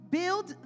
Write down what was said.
build